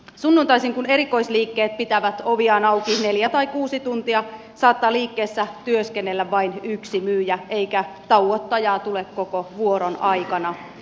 sunnuntaisin kun erikoisliikkeet pitävät oviaan auki neljä tai kuusi tuntia saattaa liikkeessä työskennellä vain yksi myyjä eikä tauottajaa tule koko vuoron aikana